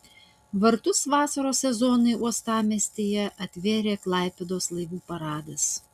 vartus vasaros sezonui uostamiestyje atvėrė klaipėdos laivų paradas